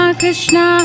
Krishna